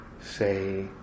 say